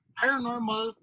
Paranormal